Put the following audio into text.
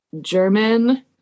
German